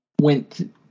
went